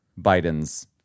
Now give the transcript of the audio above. Biden's